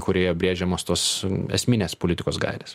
kurioje brėžiamos tos esminės politikos gairės